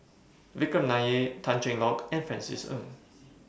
Vikram Nair Tan Cheng Lock and Francis Ng